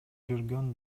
жүргөн